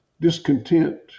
discontent